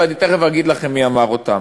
ואני תכף אגיד לכם מי אמר אותם,